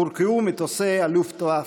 קורקעו מטוסי הלופטוואפה.